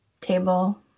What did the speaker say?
table